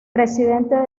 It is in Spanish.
presidente